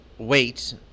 Wait